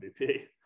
MVP